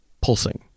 pulsing